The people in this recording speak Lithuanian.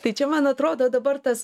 tai čia man atrodo dabar tas